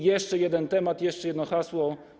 Jeszcze jeden temat, jeszcze jedno hasło.